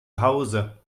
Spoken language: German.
hause